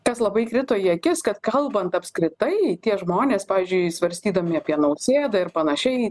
kas labai krito į akis kad kalbant apskritai tie žmonės pavyzdžiui svarstydami apie nausėdą ir panašiai